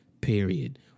Period